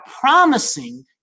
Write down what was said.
promising